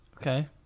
Okay